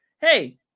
hey